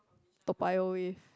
Toa-Payoh wave